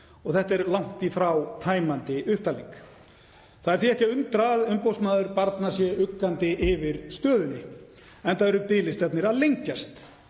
Þetta er langt í frá tæmandi upptalning og það er því ekki að undra að umboðsmaður barna sé uggandi yfir stöðunni, enda eru biðlistarnir að lengjast.